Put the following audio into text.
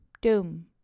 doom